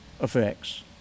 effects